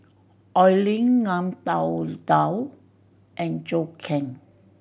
Oi Lin Ngiam Tong Dow and Zhou Can